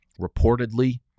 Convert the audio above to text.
reportedly